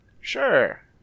sure